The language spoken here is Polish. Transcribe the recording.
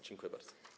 Dziękuję bardzo.